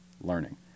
learning